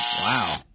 Wow